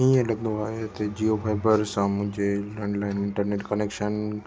हीअं लॻंदो आहे त जियोफाइबर सां मुंहिंजे लैंडलाइन इंटरनेट कनेक्शन